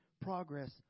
progress